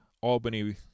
Albany